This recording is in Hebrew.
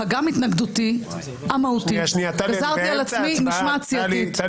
אושר על ידי הועדה לקריאה ראשונה.